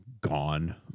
gone